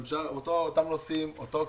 ונשארו, אותם נושאים, אותו כסף,